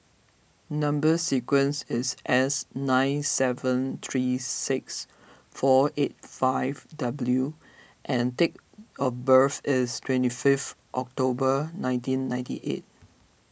Number Sequence is S nine seven three six four eight five W and date of birth is twenty fifth October nineteen ninety eight